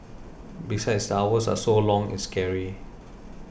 besides the hours are so long it's scary